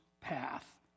Path